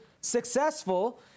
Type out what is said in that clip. successful